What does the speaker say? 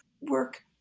work